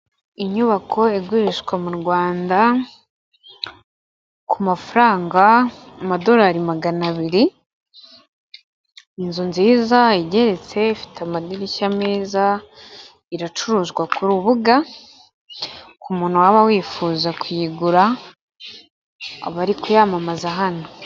Inyubako igurishwa mu Rwanda, ku mafaranga amadolari magana abiri, inzu nziza igeretse ifite amadirishya meza, iracuruzwa ku rubuga ku muntu waba wifuza kuyigura abari kuyamamaza hano.